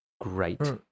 great